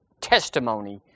testimony